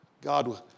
God